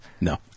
No